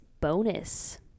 bonus